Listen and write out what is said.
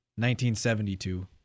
1972